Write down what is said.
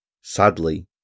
Sadly